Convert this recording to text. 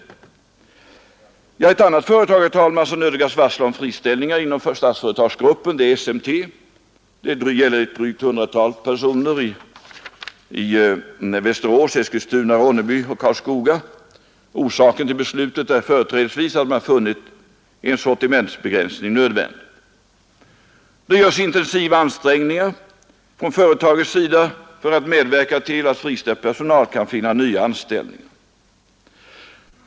Ett annat företag inom Statsföretagsgruppen, fru talman, som nödgats varsla om friställningar är SMT. Det gäller här ett drygt hundratal personer i Västerås, Eskilstuna, Ronneby och Karlskoga. Orsaken till beslutet är företrädesvis att man funnit en sortimentsbegränsning nödvändig. Det görs intensiva ansträngningar från företagets sida för att medverka till att friställd personal kan finna nya anställningar.